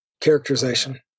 characterization